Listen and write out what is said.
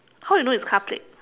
how you know it's car plate